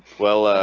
well